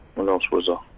what else was ah